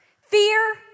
fear